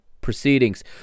proceedings